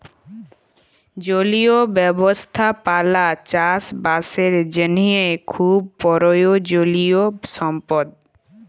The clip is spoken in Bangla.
জলীয় ব্যবস্থাপালা চাষ বাসের জ্যনহে খুব পরয়োজলিয় সম্পদ